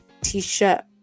T-shirt